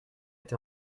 été